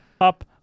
up